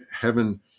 heaven